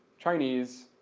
chinese,